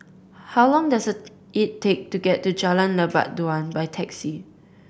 how long does it take to get to Jalan Lebat Daun by taxi